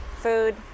food